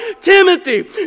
Timothy